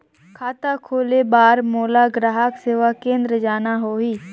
खाता खोले बार मोला ग्राहक सेवा केंद्र जाना होही?